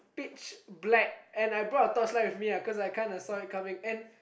pitch black and I bought a torchlight we me lah cause I kinda saw it coming